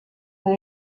that